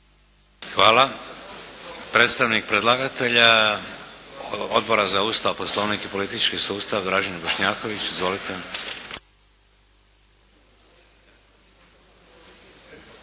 Hvala. Predstavnik predlagatelja Odbora za Ustav, Poslovnik i politički sustav Dražen Bošnjaković. Izvolite.